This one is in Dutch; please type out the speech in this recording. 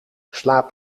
slaap